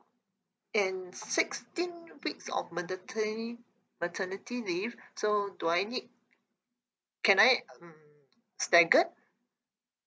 and sixteen weeks of mandatory maternity leave so do I need can I um staggered